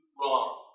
wrong